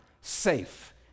safe